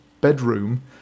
bedroom